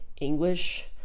English